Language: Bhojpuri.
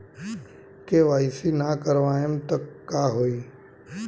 के.वाइ.सी ना करवाएम तब का होई?